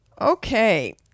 Okay